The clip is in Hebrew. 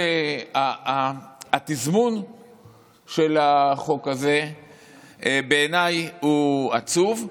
התזמון של החוק הזה בעיניי הוא עצוב,